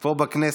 פה בכנסת,